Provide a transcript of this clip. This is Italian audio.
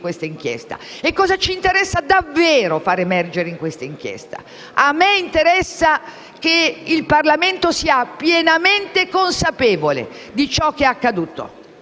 questa inchiesta e cosa ci interessa davvero far emergere in essa. A me interessa che il Parlamento sia pienamente consapevole di ciò che è accaduto